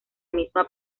misma